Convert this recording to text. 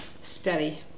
Steady